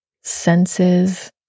senses